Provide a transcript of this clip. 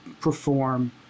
perform